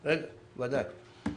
ודאי.